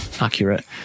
accurate